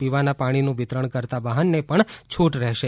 પીવાના પાણીનું વિતરણ કરતાં વાહનને પણ છૂટ રહેશે